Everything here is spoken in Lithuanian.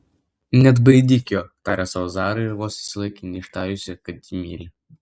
neatbaidyk jo tarė sau zara ir vos susilaikė neištarusi kad jį myli